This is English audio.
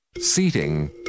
seating